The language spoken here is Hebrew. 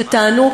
שטענו,